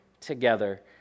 together